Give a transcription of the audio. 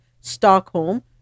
Stockholm